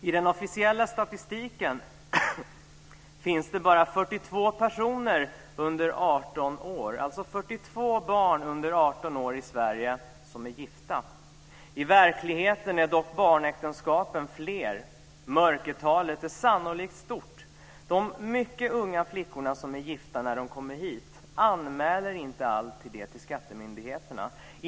I den officiella statistiken finns det bara 42 personer under 18 år, dvs. 42 barn under 18 år, i Sverige som är gifta. I verkligheten är dock barnäktenskapen fler. Mörkertalet är sannolikt stort. De mycket unga flickor som är gifta när de kommer hit anmäler inte alltid det till skattemyndigheterna.